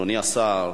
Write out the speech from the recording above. אדוני השר,